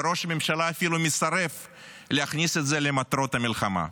וראש הממשלה אפילו מסרב להכניס את זה למטרות המלחמה.